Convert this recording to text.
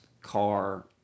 car